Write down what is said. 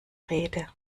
rede